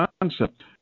concept